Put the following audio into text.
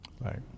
Right